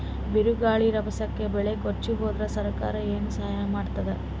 ಬಿರುಗಾಳಿ ರಭಸಕ್ಕೆ ಬೆಳೆ ಕೊಚ್ಚಿಹೋದರ ಸರಕಾರ ಏನು ಸಹಾಯ ಮಾಡತ್ತದ?